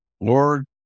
Lord